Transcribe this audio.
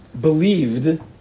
believed